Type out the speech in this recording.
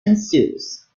ensues